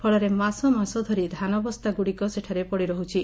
ଫଳରେ ମାସ ମାସ ଧରି ଧାନବସ୍ତାଗୁଡ଼ିକ ସେଠାରେ ପଡ଼ିରହୁଛି